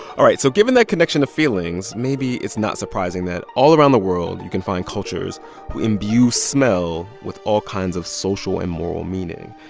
all right. so given that connection to feelings, maybe it's not surprising that all around the world, you can find cultures who imbue smell with all kinds of social and moral meaning.